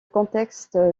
contexte